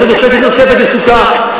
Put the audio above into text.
ולעשות מרפסת נוספת לסוכה.